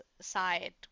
side